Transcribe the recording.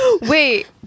Wait